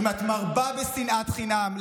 אם את מרבה בשנאת חינם,